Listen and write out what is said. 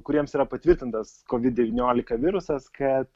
kuriems yra patvirtintas covid devyniolika virusas kad